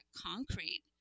concrete